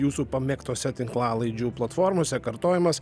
jūsų pamėgtose tinklalaidžių platformose kartojamas